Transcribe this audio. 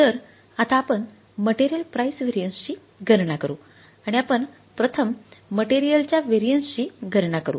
तर आता आपण मटेरियल प्राइस व्हेरिएन्स ची गणना करू आणि आपण प्रथम मटेरियलच्या व्हेरिएन्स ची गणना करू